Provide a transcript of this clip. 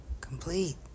Complete